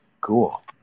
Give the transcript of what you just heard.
Cool